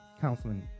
counseling